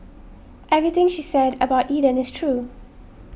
everything she said about Eden is true